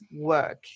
work